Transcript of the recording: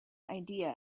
idea